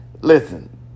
Listen